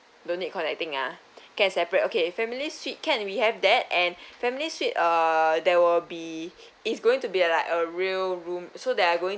don't need connecting ah can separate okay family suite can we have that and family suite uh there will be it's going to be uh like a real room so there are going